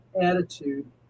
attitude